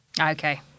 Okay